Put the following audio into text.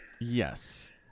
Yes